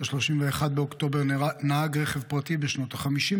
31 באוקטובר נהרג נהג רכב פרטי בשנות החמישים